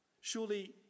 surely